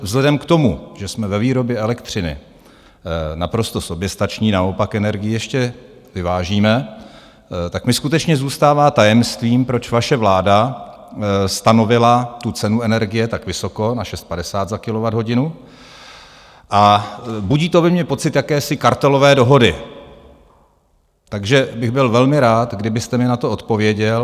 Vzhledem k tomu, že jsme ve výrobě elektřiny naprosto soběstační, naopak energii ještě vyvážíme, tak mi skutečně zůstává tajemstvím, proč vaše vláda stanovila tu cenu energie tak vysoko, na 6,50 za kilowatthodinu, a budí to ve mně pocit jakési kartelové dohody, takže bych byl velmi rád, kdybyste mi na to odpověděl.